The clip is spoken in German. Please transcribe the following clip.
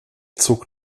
zog